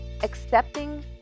Accepting